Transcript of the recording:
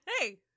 Hey